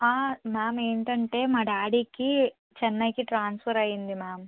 ఆ మామ్ ఏంటంటే మా డాడీకి చెన్నైకి ట్రాన్స్ఫర్ అయ్యింది మామ్